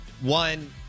one